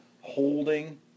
holding